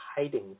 hiding